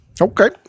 okay